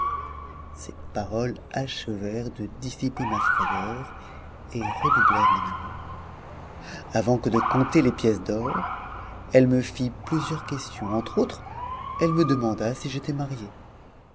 ces paroles achevèrent de dissiper ma frayeur et redoublèrent mon amour avant que de compter les pièces d'or elle me fit plusieurs questions entre autres elle me demanda si j'étais marié